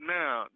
now